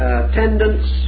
attendance